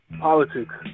politics